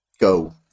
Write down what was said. go